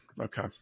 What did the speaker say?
okay